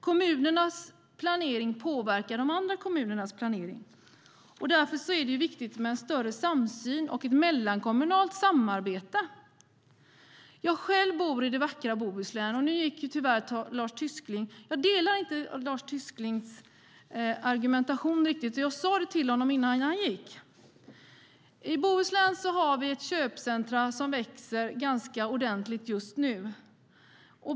Kommunernas planering påverkar de andra kommunernas planering. Därför är det viktigt med en större samsyn och ett mellankommunalt samarbete. Jag själv bor i det vackra Bohuslän. Nu gick tyvärr Lars Tysklind. Jag håller inte med om hans argument, och jag sade det till honom innan han gick. I Bohuslän har vi ett köpcentrum som växer ganska ordentligt just nu.